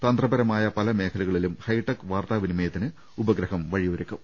തന്ത്രപരമായ പല മേഖലകളിലും ഹൈടെക് വാർത്താവിനിമയത്തിന് ഉപഗ്രഹം വഴിയൊരു ക്കും